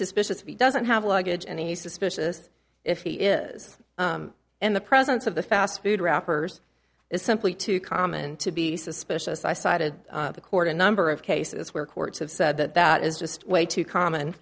suspicious of he doesn't have luggage and he's suspicious if he is in the presence of the fast food wrappers is simply too common to be suspicious i cited the court a number of cases where courts have said that that is just way too common